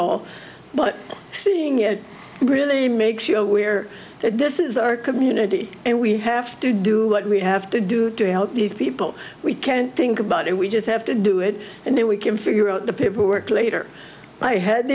all but seeing it really makes you aware that this is our community and we have to do what we have to do to help these people we can't think about it we just have to do it and then we can figure out the paperwork later i had